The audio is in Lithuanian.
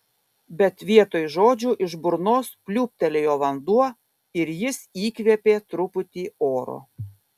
bet vietoj žodžių iš burnos pliūptelėjo vanduo ir jis įkvėpė truputį oro